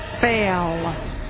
fail